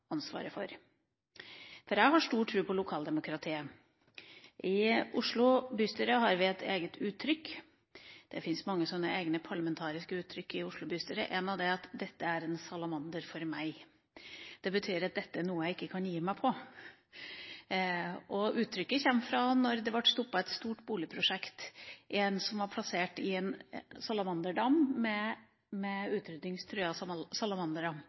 for. Jeg har stor tro på lokaldemokratiet. I Oslo bystyre har vi et eget uttrykk. Det fins mange sånne egne parlamentariske uttrykk i Oslo bystyre. Et av dem er: Dette er en salamander for meg. Det betyr at dette er noe jeg ikke kan gi meg på. Uttrykket kommer fra da det ble stoppet et stort boligprosjekt som var plassert i en dam med